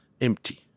empty